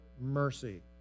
mercy